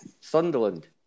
Sunderland